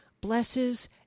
blesses